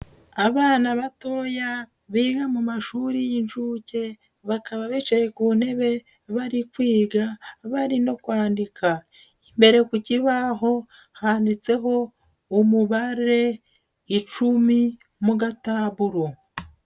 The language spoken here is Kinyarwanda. Abana bato biga mu mashuri y'inshuke, bakaba bicaye ku ntebe, bari kwiga, bari no kwandika. Imbere ku kibaho handitseho umubare icumi mu gataburo.